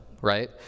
right